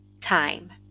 time